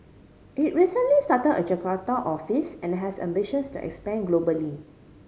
it recently start a Jakarta office and has ambitions to expand globally